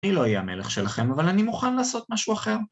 אני לא אהיה המלך שלכם, אבל אני מוכן לעשות משהו אחר.